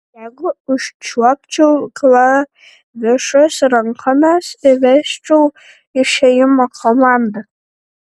jeigu užčiuopčiau klavišus rankomis įvesčiau išėjimo komandą